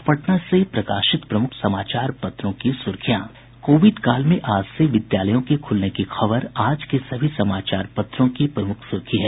अब पटना से प्रकाशित प्रमुख समाचार पत्रों की सुर्खियां कोविड काल में आज से विद्यालयों के खुलने की खबर आज के सभी समाचार पत्रों की प्रमुख सुर्खी है